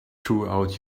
throughout